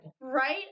right